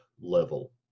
level